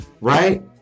Right